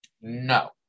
No